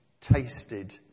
tasted